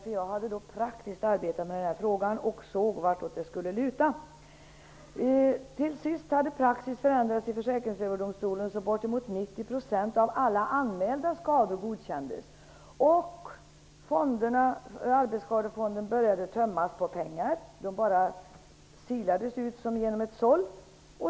Jag hade då praktiskt arbetat med frågan och såg vartåt det skulle luta. Till sist hade praxis förändrats i Försäkringsöverdomstolen så att bortemot 90 % av alla anmälda skador godkändes som arbetsskador. Arbetsskadefonden började tömmas på pengar. Pengarna rann ut som genom ett såll.